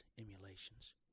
emulations